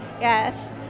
yes